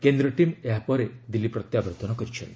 କେନ୍ଦ୍ରୀୟ ଟିମ୍ ଏହା ପରେ ଦିଲ୍ଲୀ ପ୍ରତ୍ୟାବର୍ତ୍ତନ କରିଛନ୍ତି